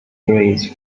phrase